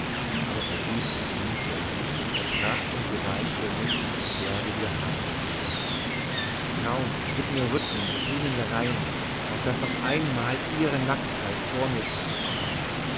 aber vergeblich bemühte er sich der pracht und gewalt dieser nächtlichen verse wieder habhaft zu werden traum gib mir rhythmen und tönende reime auf daß noch einmal ihre nacktheit vor mir tanzt